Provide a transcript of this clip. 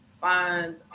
find